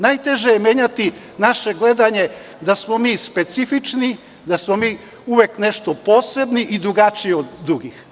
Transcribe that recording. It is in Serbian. Najteže je menjati naše gledanje da smo mi specifični, da smo mi uvek nešto posebni i drugačiji od drugih.